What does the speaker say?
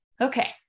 Okay